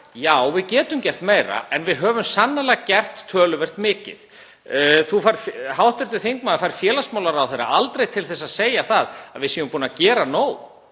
Já, við getum gert meira en við höfum sannarlega gert töluvert mikið. Hv. þingmaður fær félagsmálaráðherra aldrei til þess að segja að við séum búin að gera nóg.